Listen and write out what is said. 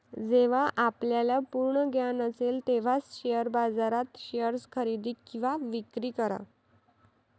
जेव्हा आपल्याला पूर्ण ज्ञान असेल तेव्हाच शेअर बाजारात शेअर्स खरेदी किंवा विक्री करा